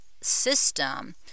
system